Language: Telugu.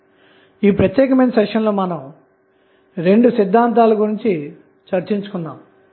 కాబట్టి ఈ ప్రత్యేక సెషన్లో మనం 2 సిద్ధాంతాల గురించి చర్చించుకొన్నాము